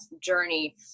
journey